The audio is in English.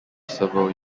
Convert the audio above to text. several